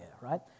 right